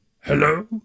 hello